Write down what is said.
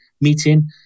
meeting